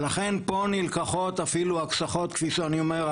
לכן פה נלקחות אפילו הקשחות כפי שאני אומר,